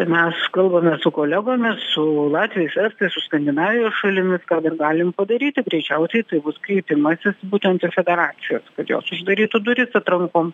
ir mes kalbame su kolegomis su latviais estais su skandinavijos šalimis ką dar galim padaryti greičiausiai tai bus kreipimasis būtent ir federacijos kad juos uždarytų duris atrankom